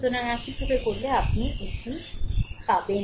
সুতরাং এইভাবে করলে আপনি এটি পাবেন